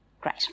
Great